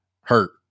hurt